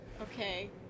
Okay